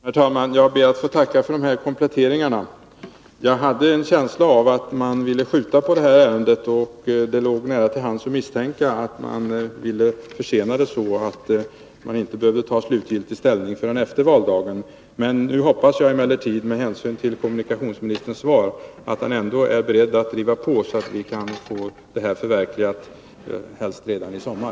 Herr talman! Jag ber att få tacka för dessa kompletteringar. Jag hade en känsla av att man ville skjuta på ett avgörande i detta ärende. Det låg då nära till hands att misstänka att man ville försena det så, att man inte behövde ta slutgiltig ställning förrän efter valdagen. Med hänsyn till kommunikationsministerns svar hoppas jag emellertid att han är beredd att driva på så att vi kan få detta förverkligat, helst redan i sommar.